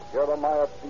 Jeremiah